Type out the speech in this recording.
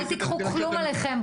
אל תיקחו כלום אליכם,